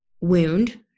wound